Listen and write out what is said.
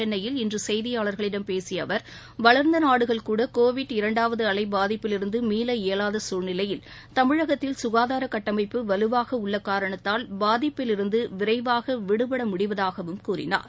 சென்னையில் இன்று செய்தியாளர்களிடம் பேசிய அவர் வளர்ந்த நாடுகள் கூட கோவிட் இரண்டாவது அலை பாதிப்பில் இருந்து மீள இயலாத சூழ்நிலையில் தமிழகத்தில் சுகாதார கட்டமைப்பு வலுவாக உள்ள காரணத்தால் பாதிப்பிலிருந்து விரைவாக விடுபட முடிவதாகவும் கூறினார்